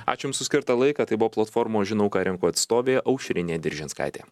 aš jums už skirtą laiką tai buvo platformos žinau ką renku atstovė aušrinė diržinskaitė